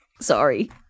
Sorry